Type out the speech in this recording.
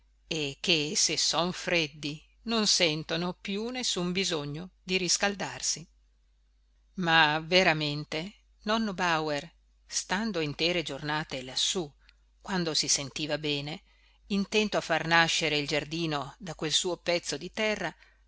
e che se son freddi non sentono più nessun bisogno di riscaldarsi ma veramente nonno bauer stando intere giornate lassù quando si sentiva bene intento a far nascere il giardino da quel suo pezzo di terra